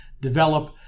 develop